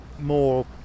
more